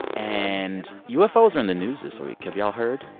and ufos are in the news this week. have y'all heard?